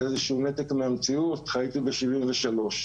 זה איזשהו נתק מהמציאות שהייתי ב-1973.